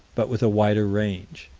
but with a wider range.